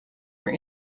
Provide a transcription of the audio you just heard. were